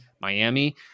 Miami